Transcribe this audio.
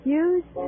use